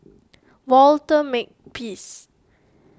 Walter Makepeace